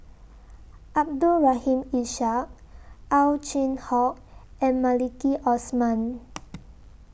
Abdul Rahim Ishak Ow Chin Hock and Maliki Osman